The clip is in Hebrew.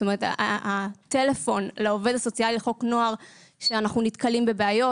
זאת אומרת הטלפון לעובד הסוציאלי לחוק נוער כשאנחנו נתקלים בבעיות,